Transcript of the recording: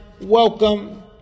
welcome